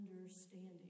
understanding